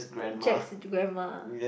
Jack's grandma